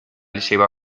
lleva